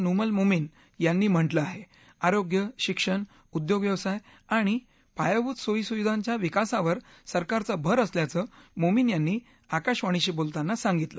नुमल मोमीन यांनी म्हटलं आह आरोग्य शिक्षण उद्योग व्यवसाय आणि पायाभूत सोयीसुविधांच्या विकासावर सरकारचा भर असल्याचं मोमीन यांनी आकाशवाणीशी बोलताना सांगितलं